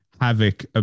Havoc